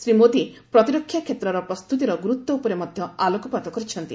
ଶ୍ରୀ ମୋଦୀ ପ୍ରତିରକ୍ଷା କ୍ଷେତ୍ରର ପ୍ରସ୍ତୁତିର ଗୁରୁତ୍ୱ ଉପରେ ମଧ୍ୟ ଆଲୋକପାତ କରିଛନ୍ତି